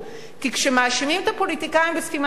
כי כשמאשימים את הפוליטיקאים בסתימת פיות